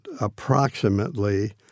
approximately